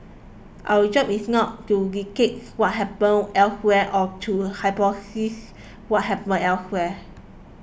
our job is not to dictate what happens elsewhere or to hypothesise what happens elsewhere